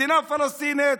מדינה פלסטינית